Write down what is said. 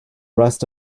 rest